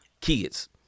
kids